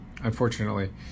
Unfortunately